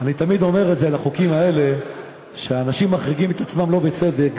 אני תמיד אומר את זה על החוקים האלה שהאנשים מחריגים את עצמם לא בצדק,